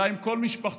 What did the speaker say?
עלה עם כל משפחתו